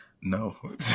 No